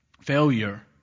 Failure